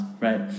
right